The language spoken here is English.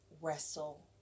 wrestle